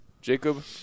jacob